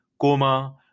coma